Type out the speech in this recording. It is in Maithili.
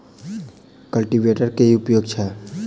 कल्टीवेटर केँ की उपयोग छैक?